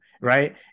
right